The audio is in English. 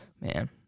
Man